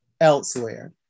elsewhere